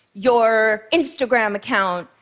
your instagram account,